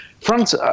France